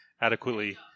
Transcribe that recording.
adequately